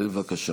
בבקשה.